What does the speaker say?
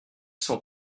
cent